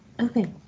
Okay